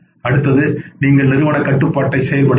அடுத்து நீங்கள் நிறுவனக் கட்டுப்பாட்டைச் செயல்படுத்தலாம்